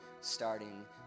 starting